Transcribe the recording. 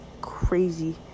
crazy